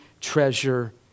treasure